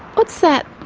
what's that?